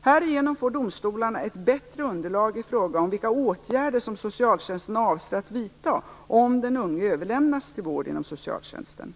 Härigenom får domstolarna ett bättre underlag i frågan om vilka åtgärder som socialtjänsten avser att vidta om den unge överlämnas till vård inom socialtjänsten.